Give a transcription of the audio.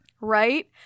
Right